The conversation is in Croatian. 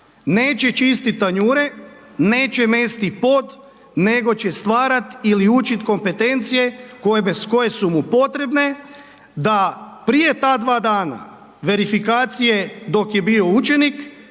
neće čistit tanjure, neće mesti pod, nego će stvarat ili učit kompetencije koje su mu potrebne da prije ta dva dana verifikacije dok je bio učenik,